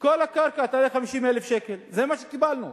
כל הקרקע תעלה 50,000 שקל, זה מה שקיבלנו.